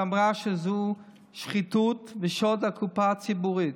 שאמרה שזו שחיתות ושוד הקופה הציבורית,